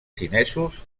xinesos